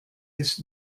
ist